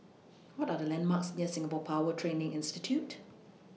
What Are The landmarks near Singapore Power Training Institute